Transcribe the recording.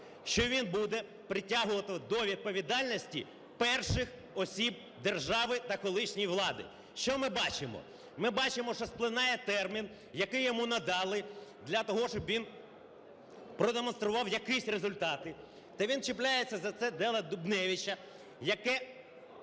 що він буде притягувати до відповідальності перших осіб держави та колишньої влади. Що ми бачимо? Ми бачимо, що спливає термін, який йому надали для того, щоб він продемонстрував якісь результати. Та він чіпляється за це діло Дубневича, яке